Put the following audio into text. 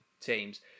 teams